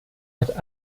hat